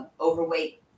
overweight